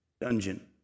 dungeon